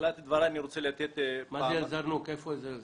אל זרנוק, איפה זה?